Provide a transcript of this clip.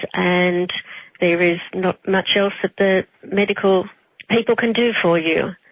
and there is not much else that the medical people can do for you.